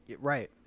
right